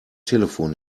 telefon